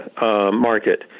market